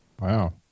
Wow